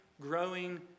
growing